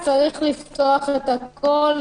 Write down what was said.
צריך לפתוח את הכול,